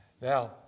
Now